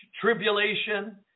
tribulation